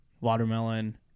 watermelon